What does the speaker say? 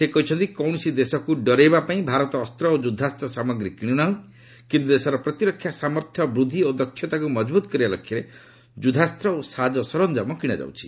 ସେ କହିଛନ୍ତି କୌଣସି ଦେଶକୁ ଡରାଇବା ପାଇଁ ଭାରତ ଅସ୍ତଶସ୍ତ ଓ ଯୁଦ୍ଧାସ୍ତ ସାମଗ୍ରୀ କିଣୁନାହିଁ କିନ୍ତୁ ଦେଶର ପ୍ରତିରକ୍ଷା ସାମର୍ଥ୍ୟ ବୃଦ୍ଧି ଓ ଦକ୍ଷତାକୁ ମଜଭୂତ କରିବା ଲକ୍ଷ୍ୟରେ ଯୁଦ୍ଧାସ୍ତ୍ର ଓ ସାଜ ସରଞ୍ଜାମ କିଣାଯାଉଛି